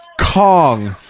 Kong